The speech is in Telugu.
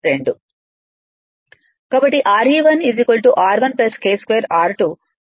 కాబట్టి Re1 R 1 K 2 R2